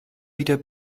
wieder